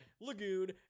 lagoon